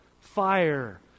fire